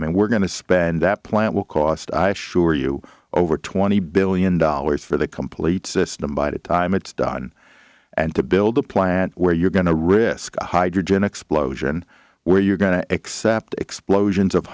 mean we're going to spend that plant will cost i assure you over twenty billion dollars for the complete system by the time it's done and to build a plant where you're going to risk a hydrogen explosion where you're going to accept explosions of